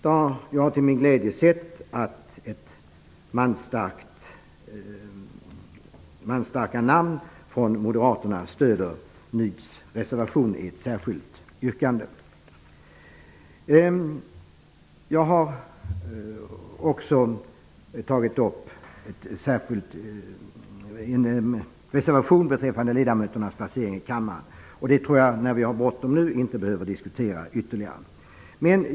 Jag har till min glädje funnit att manstarka namn från Moderaterna stöder vår reservation i ett särskilt yrkande. Jag har också i en reservation tagit upp ledamöternas placering i kammaren. Eftersom vi nu har bråttom behöver vi inte diskutera denna fråga ytterligare.